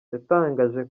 yatangaje